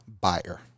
buyer